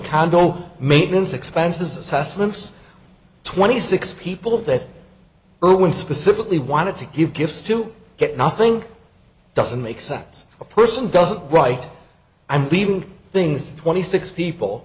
condo maintenance expenses assessments twenty six people of that irwin specifically wanted to give gifts to get nothing doesn't make sense a person doesn't write i'm leaving things twenty six people